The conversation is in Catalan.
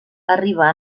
arriba